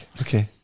Okay